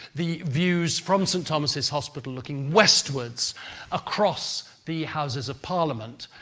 the views from st thomas's hospital looking westwards across the houses of parliament.